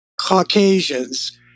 Caucasians